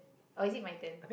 oh is it my turn